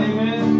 Amen